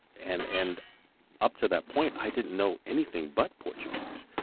and and, up to that point, i didn't know anything but portuguese.